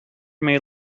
may